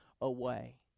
away